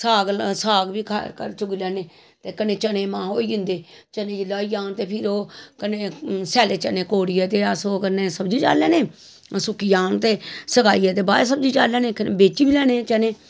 साग बी चुग्गी लैन्ने ते कन्नै चने मांह् होई जंदे चनें जिसलै होई जान ते फिर ओह् कन्नैं सैल्ले चने कोड़ियै ते अस ओह् करने सब्जी चाढ़ूी लैन्ने सुक्की जान ते सकाइयै ते बाद च सब्जी चाढ़ी सैन्ने बेची बी लेन्ने